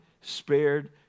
spared